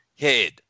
head